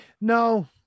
No